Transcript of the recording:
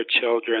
children